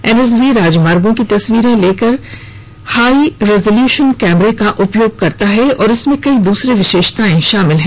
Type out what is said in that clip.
NSV राजमार्गों की तस्वीरों को कैप्चर करने के लिए हाई रिजॉल्यूशन कैमरा का उपयोग करता है और इसमें कई दूसरी विशेषताएं शामिल हैं